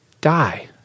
die